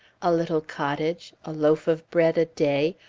a little cottage, a loaf of bread a day,